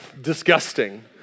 disgusting